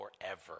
forever